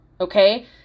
Okay